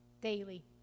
daily